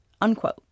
unquote